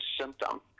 symptom